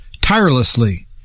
tirelessly